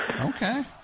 Okay